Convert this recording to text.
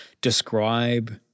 describe